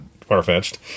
far-fetched